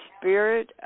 spirit